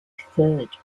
third